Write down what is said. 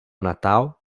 natal